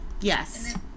Yes